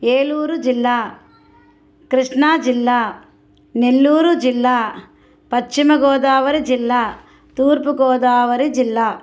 ఏలూరు జిల్లా కృష్ణా జిల్లా నెల్లూరు జిల్లా పశ్చిమ గోదావరి జిల్లా తూర్పు గోదావరి జిల్లా